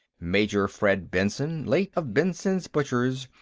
major fred benson, late of benson's butchers,